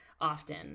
often